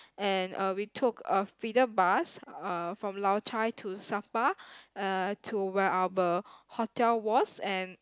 and uh we took a feeder bus uh from Lao-Cai to sapa uh to where our hotel was and